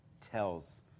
tells